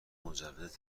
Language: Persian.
مجوز